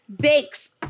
bakes